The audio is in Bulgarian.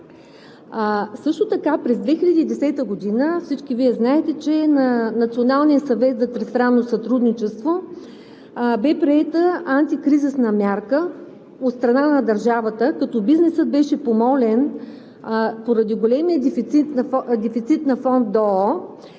Също така през 2010 г. всички Вие знаете, че на Националния съвет за тристранно сътрудничество бе приета антикризисна мярка от страна на държавата, като бизнесът беше помолен поради големия дефицит на фонд ДОО